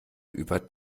über